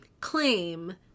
claim